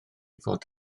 fod